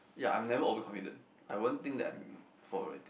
ya I'm never over confident I won't think that I'm full of everything